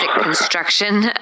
construction